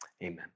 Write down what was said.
Amen